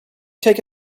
take